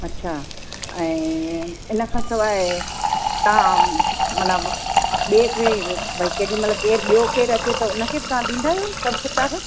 अच्छा ऐं इन खां सवाइ तव्हां मतिलबु ॿिए केरु भई केॾी महिल केरु ॿियो केरु अचे त उन खे बि तव्हां ॾींदा आहियो सभु किताब